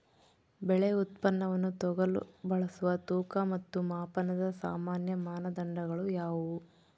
ಬೆಳೆ ಉತ್ಪನ್ನವನ್ನು ತೂಗಲು ಬಳಸುವ ತೂಕ ಮತ್ತು ಮಾಪನದ ಸಾಮಾನ್ಯ ಮಾನದಂಡಗಳು ಯಾವುವು?